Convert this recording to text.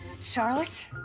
Charlotte